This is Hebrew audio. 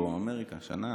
דרום אמריקה שנה,